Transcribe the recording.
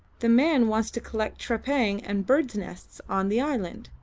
the man wants to collect trepang and birds' nests on the islands.